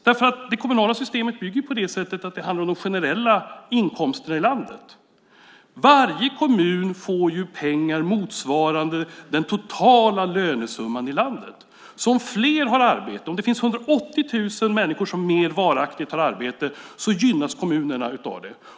Det kommunala systemet bygger på de generella inkomsterna i landet. Varje kommun får ju pengar motsvarande den totala lönesumman i landet. Om flera har arbete, om det finns 180 000 fler människor som mer varaktigt har arbete, gynnas kommunerna av det.